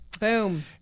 Boom